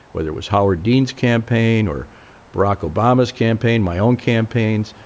whether it was howard dean's campaign or barack obama's campaign, my own campaigns.